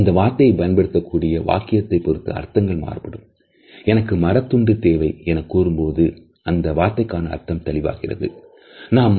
ஒருவருடைய முகபாவங்களும் சிரிப்பும் அவருடைய பார்வையின் வெளிப்பாடுகளில் இருந்து முரண்பட்ட உணர்வுகளை வெளிப்படுத்தலாம்